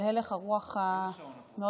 על הלך הרוח המאוד-בעייתי.